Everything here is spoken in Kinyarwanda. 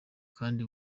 kandi